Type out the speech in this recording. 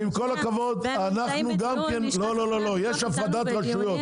עם כל הכבוד, יש הפרדת רשויות.